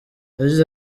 yagize